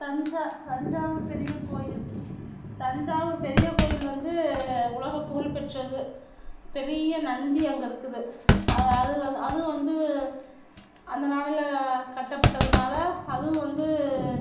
தஞ்சா தஞ்சாவூர் பெரிய கோயில் தஞ்சாவூர் பெரிய கோயில் வந்து உலகப் புகழ்ப்பெற்றது பெரிய நந்தி அங்கே இருக்குது அது அதுவும் வந்து அந்த நாளில் கட்டப்பட்டதுனால் அதுவும் வந்து